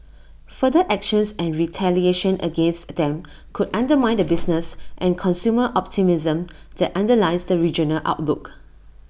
further actions and retaliation against them could undermine the business and consumer optimism that underlies the regional outlook